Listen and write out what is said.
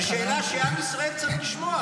זו שאלה שעם ישראל צריך לשמוע.